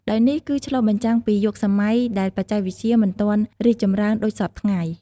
ដោយនេះគឺឆ្លុះបញ្ចាំងពីយុគសម័យដែលបច្ចេកវិទ្យាមិនទាន់រីកចម្រើនដូចសព្វថ្ងៃ។